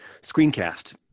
screencast